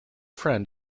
friend